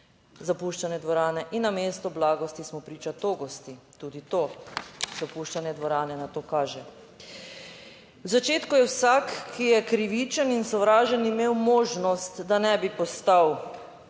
Zapuščanje dvorane in namesto blagosti smo priča togosti, tudi to, zapuščanje dvorane na to kaže. V začetku je vsak, ki je krivičen in sovražen, imel možnost, da ne bi postal